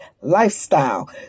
lifestyle